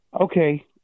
okay